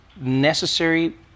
necessary